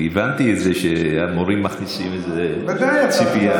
כי הבנתי את זה שהמורים מכניסים איזו ציפייה.